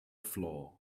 floor